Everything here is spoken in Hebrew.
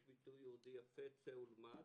יש ביטוי יהודי יפה, צא ולמד.